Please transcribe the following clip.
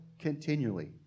continually